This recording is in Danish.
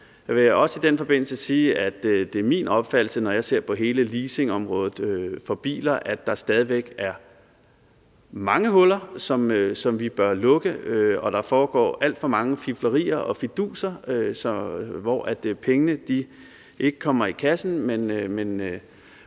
det er min opfattelse, når jeg ser på hele leasingområdet for biler, at der stadig væk er mange huller, som vi bør lukke. Der foregår alt for mange fiflerier og fiduser, hvor pengene ikke kommer i kassen,